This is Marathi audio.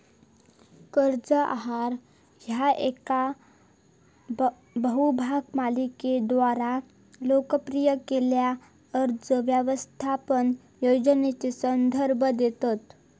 कर्ज आहार ह्या येका बहुभाग मालिकेद्वारा लोकप्रिय केलेल्यो कर्ज व्यवस्थापन योजनेचो संदर्भ देतत